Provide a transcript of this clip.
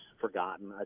forgotten